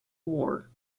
war